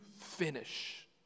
finish